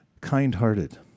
kind-hearted